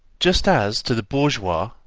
just as, to the bourgeois,